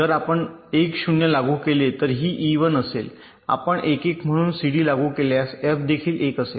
जर आपण 1 0 लागू केले तर ही ई 1 असेल आपण 1 1 म्हणून सीडी लागू केल्यास एफ देखील 1 असेल